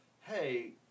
hey